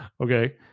Okay